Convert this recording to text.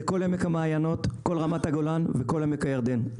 זה כל עמק המעיינות, כל רמת הגולן וכל עמק הירדן.